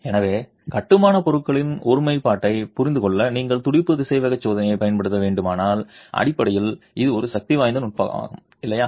எனவே கட்டுமான பொருட்களின் ஒருமைப்பாட்டைப் புரிந்துகொள்ள நீங்கள் துடிப்பு திசைவேக சோதனையைப் பயன்படுத்த வேண்டுமானால் அடிப்படையில் இது ஒரு சக்திவாய்ந்த நுட்பமாகும் இல்லையா